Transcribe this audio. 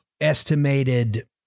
estimated